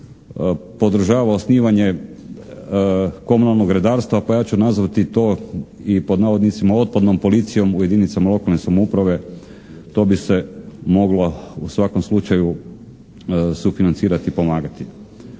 podržava osnivanje komunalnog redarstva, pa ja ću nazvati to i pod navodnicima otpadnom policijom u jedinicama lokalne samouprave. To bi se moglo u svakom slučaju sufinancirati i pomagati.